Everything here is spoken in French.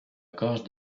gorge